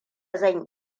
zan